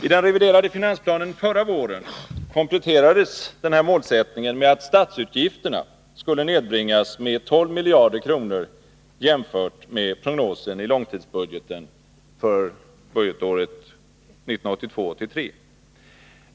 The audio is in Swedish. I den reviderade finansplanen förra våren kompletterades denna målsättning med att statsutgifterna skulle nedbringas med 12 miljarder kronor jämfört med prognosen i långtidsbudgeten för budgetåret 1982/83.